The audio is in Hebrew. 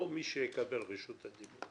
או מי שיקבל את רשות הדיבור.